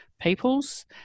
peoples